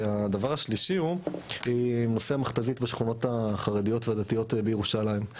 והדבר השלישי הוא נושא המכת"זית בשכונות החרדיות והדתיות בירושלים.